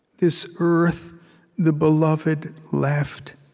this earth the beloved left